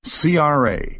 CRA